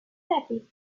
happy